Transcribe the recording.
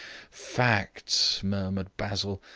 facts, murmured basil,